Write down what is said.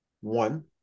One